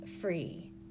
free